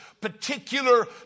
particular